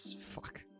Fuck